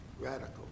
radical